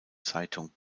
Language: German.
zeitung